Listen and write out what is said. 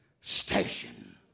station